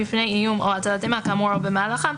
מפני איום או הטלת אימה כאמור או במהלכם,